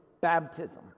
baptism